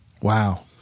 Wow